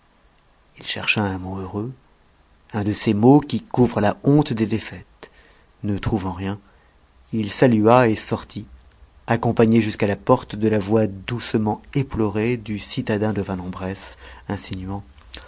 il chercha un mot heureux un de ces mots qui couvrent la honte des défaites ne trouvant rien il salua et sortit accompagné jusqu'à la porte de la voix doucement éplorée du citadin de